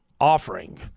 offering